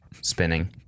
spinning